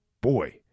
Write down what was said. Boy